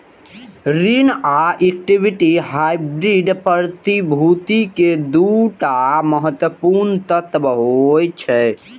ऋण आ equity hybrid प्रतिभूति के दू टा महत्वपूर्ण तत्व होइ छै